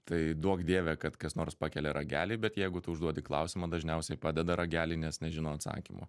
tai duok dieve kad kas nors pakelia ragelį bet jeigu tu užduodi klausimą dažniausiai padeda ragelį nes nežino atsakymų